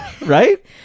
right